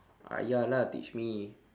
ayah lah teach me